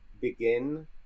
begin